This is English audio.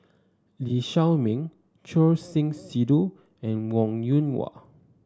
Lee Shao Meng Choor Singh Sidhu and Wong Yoon Wah